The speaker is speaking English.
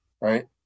Right